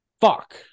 Fuck